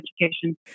education